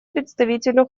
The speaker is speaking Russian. представителю